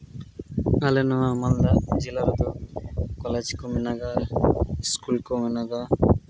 ᱟᱞᱮ ᱱᱚᱣᱟ ᱢᱟᱞᱫᱟ ᱡᱮᱞᱟ ᱨᱮᱫᱚ ᱠᱚᱞᱮᱡᱽ ᱠᱚ ᱢᱮᱱᱟᱜᱼᱟ ᱥᱠᱩᱞ ᱠᱚ ᱢᱮᱱᱟᱜᱼᱟ